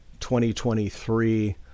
2023